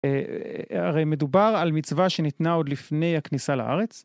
הרי מדובר על מצווה שניתנה עוד לפני הכניסה לארץ.